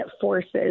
forces